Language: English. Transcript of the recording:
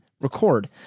Record